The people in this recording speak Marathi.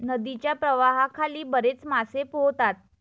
नदीच्या प्रवाहाखाली बरेच मासे पोहतात